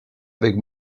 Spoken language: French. avec